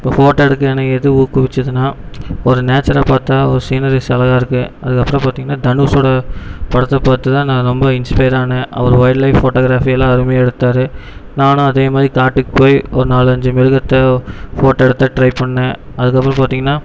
இப்போ ஃபோட்டோ எடுக்க என்னை எது ஊக்குவிச்சிதுனால் ஒரு நேச்சரை பார்த்தா ஒரு சீனரிஸ் அழகாருக்குது அதுக்கப்புறம் பார்த்திங்கன்னா தனுஷோட படத்தை பார்த்து தான் நான் ரொம்ப இன்ஸ்ப்பயர் ஆனேன் அவர் வைல்ட் லைஃப் ஃபோட்டோகிராஃபி எல்லாம் அருமையாக எடுத்தார் நானும் அதே மாரி காட்டுக்கு போய் ஒரு நாலஞ்சு மிருகத்தை ஃபோட்டோ எடுக்க ட்ரை பண்ணேன் அதுக்கப்புறோம் பார்த்திங்கன்னா